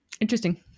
interesting